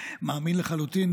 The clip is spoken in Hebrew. מאמין לחלוטין.